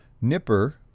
Nipper